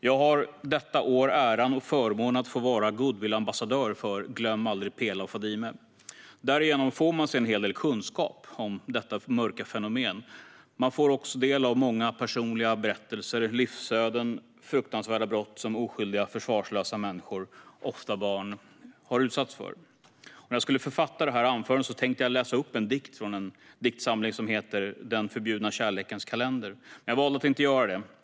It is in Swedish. Jag har detta år äran och förmånen att få vara goodwillambassadör för Glöm aldrig Pela och Fadime. Därigenom får man sig en hel del kunskap om detta mörka fenomen. Man får också del av många personliga berättelser, livsöden och fruktansvärda brott som oskyldiga, försvarslösa människor, ofta barn, har utsatts för. När jag skulle författa det här anförandet tänkte jag att jag skulle läsa upp en dikt från en diktsamling som heter Den förbjudna kärlekens kalender , men jag valde att inte göra det.